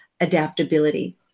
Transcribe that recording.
adaptability